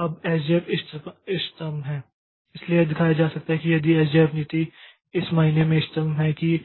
अब एसजेएफ इष्टतम है इसलिए यह दिखाया जा सकता है कि यदि यह एसजेएफ नीति इस मायने में इष्टतम है कि